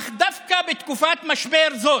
אך דווקא בתקופת משבר זאת,